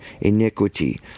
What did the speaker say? iniquity